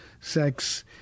sex